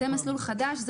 זה מסלול חדש.